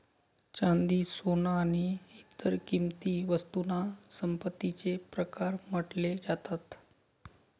चांदी, सोन आणि इतर किंमती वस्तूंना संपत्तीचे प्रकार म्हटले जातात